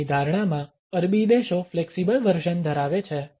સમયની ધારણામાં અરબી દેશો ફ્લેક્સિબલ વર્ઝન ધરાવે છે